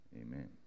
amen